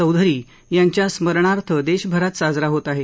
चौधरी यांच्या स्मरनार्थ देशभरात साजरा होत आहे